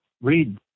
Read